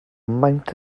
maent